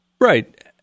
Right